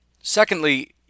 Secondly